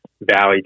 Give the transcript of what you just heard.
valley